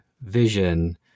vision